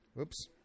Oops